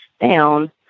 down